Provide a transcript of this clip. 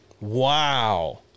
Wow